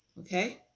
okay